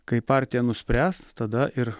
kai partija nuspręs tada ir